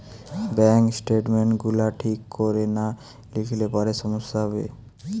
bank statement গুলা ঠিক কোরে না লিখলে পরে সমস্যা হবে